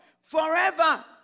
forever